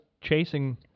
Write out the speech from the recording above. chasing